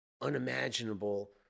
unimaginable